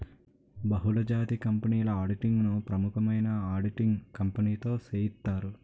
బహుళజాతి కంపెనీల ఆడిటింగ్ ను ప్రముఖమైన ఆడిటింగ్ కంపెనీతో సేయిత్తారు